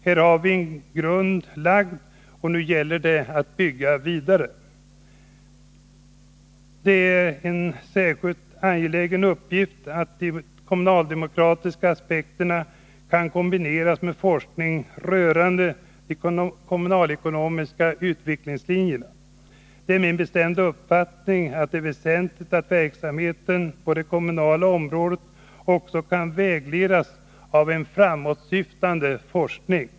Här har grunden lagts och nu gäller det att bygga vidare. Det är härvid en särskilt angelägen uppgift att de kommunaldemokratiska aspekterna kan kombineras med forskning rörande de kommunalekonomiska utvecklingslinjerna. Det är min bestämda uppfattning att det är väsentligt att verksamheten på det kommunala området också kan vägledas av en framåtsyftande forskning.